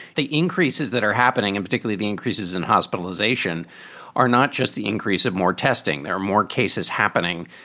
the increases that are happening and particularly the increases in hospitalization are not just the increase of more testing. there are more cases happening.